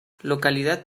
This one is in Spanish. localidad